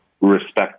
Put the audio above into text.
respect